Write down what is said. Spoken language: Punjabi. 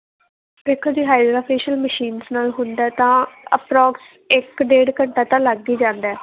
ਦੇਖੋ ਜੀ ਹਾਈਡਰਾਫੇਸ਼ੀਅਲ ਮਸ਼ੀਨਸ ਨਾਲ ਹੁੰਦਾ ਤਾਂ ਅਪਰੋਕਸ ਇੱਕ ਡੇਢ ਘੰਟਾ ਤਾਂ ਲੱਗ ਹੀ ਜਾਂਦਾ